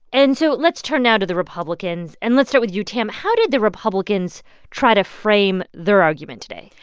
and so let's turn now to the republicans. and let's start with you, tam. how did the republicans try to frame their argument today?